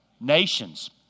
Nations